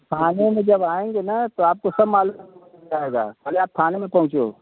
थाने में जब आएंगे ना तो आपको सब मालूम पड़ जाएगा पहले आप थाने में पहुँचो